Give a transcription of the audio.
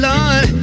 Lord